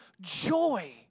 joy